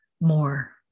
more